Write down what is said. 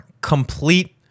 complete